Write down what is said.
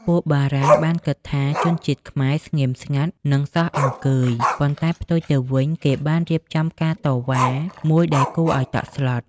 ពួកបារាំង បានគិតថាជនជាតិខ្មែរស្ងៀមស្ងាត់និងសោះអង្គើយ ប៉ុន្តែផ្ទុយទៅវិញ គេបានរៀបចំការតវ៉ា មួយដែលគួរអោយតក់ស្លុត។